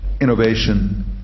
innovation